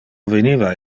veniva